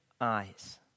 eyes